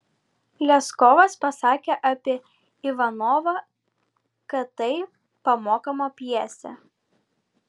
leskovas pasakė apie ivanovą kad tai pamokoma pjesė